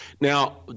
Now